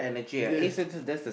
yes